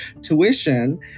tuition